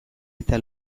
eta